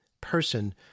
person